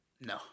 No